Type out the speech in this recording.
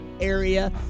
area